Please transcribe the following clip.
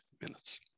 minutes